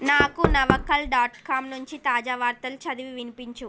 నాకు నవకల డాట్కామ్ నుండి తాజా వార్తలు చదివి వినిపించు